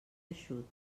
eixut